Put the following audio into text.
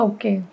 Okay